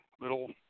little